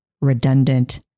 redundant